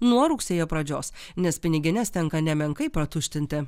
nuo rugsėjo pradžios nes pinigines tenka nemenkai patuštinti